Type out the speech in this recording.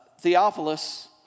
Theophilus